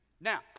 Now